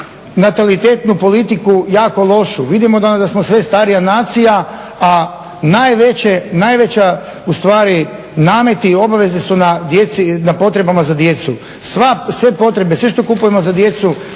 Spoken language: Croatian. natalitetnu politiku jako lošu, vidimo da smo sve starija nacija. A najveći ustvari nameti i obaveze su na potrebama za djecu. Sve potrebe, sve što kupujemo za djecu